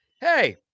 hey